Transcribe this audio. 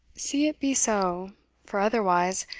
see it be so for otherwise,